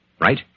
right